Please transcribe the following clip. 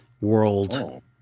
World